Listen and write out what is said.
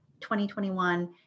2021